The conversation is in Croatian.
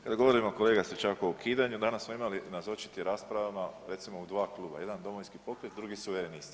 Kada govorimo kolega Stričak o ukidanju, danas smo imali nazočiti raspravama recimo u dva kluba, jedan Domovinski pokret, drugi Suverenisti.